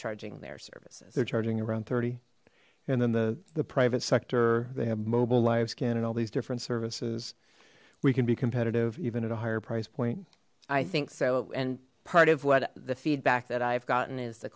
charging their services they're charging around thirty and then the the private sector they have mobile live scan and all these different services we can be competitive even at a higher price point i think so and part of what the feedback that i've gotten is the